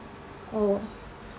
oh